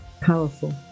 powerful